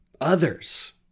others